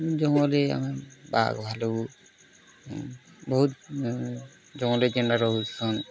ଜଙ୍ଗଲ୍ରେ ଆମେ ବାଘ୍ ଭାଲୁ ବହୁତ୍ ଜଙ୍ଗଲ୍ରେ ଯେନ୍ତା ରହୁଛନ୍